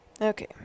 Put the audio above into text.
Okay